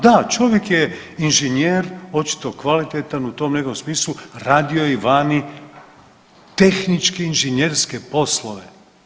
Da, čovjek je inženjer očito kvalitetan u tom nekom smislu, radio je i vani, tehničke inženjerske poslove.